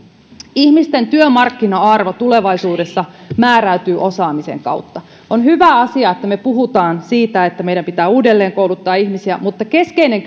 ihmisten työmarkkina arvo tulevaisuudessa määräytyy osaamisen kautta on hyvä asia että me puhumme siitä että meidän pitää uudelleenkouluttaa ihmisiä mutta keskeinen